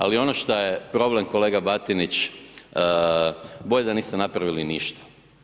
Ali, ono što je problem kolega Batinić, bolje da niste napravili ništa.